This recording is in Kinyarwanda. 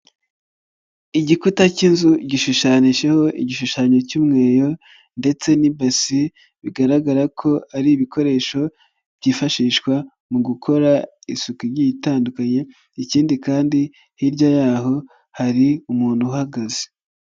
Igikuta k'inzu gishushanyijeho igishushanyo cy'umweyo ndetse n'ibasi, bigaragara ko ari ibikoresho byifashishwa mu gukora isuku igiye itandukanye, ikindi kandi hirya yaho hari umuntu uhagaze.